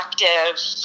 Effective